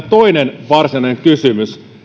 toinen varsinainen kysymys